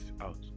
out